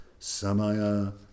Samaya